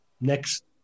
next